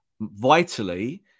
vitally